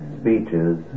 speeches